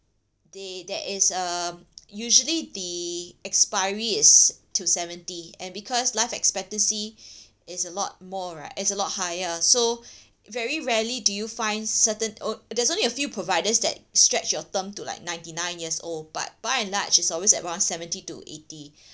they there is a uh usually the expiry is till seventy and because life expectancy is a lot more right is a lot higher so very rarely do you find certain uh there's only a few providers that stretch your term to like ninety nine years old but by and large its always around seventy to eighty